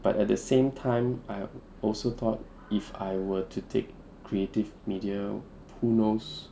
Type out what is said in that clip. but at the same time I also thought if I were to take creative media who knows